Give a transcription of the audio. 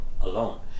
alone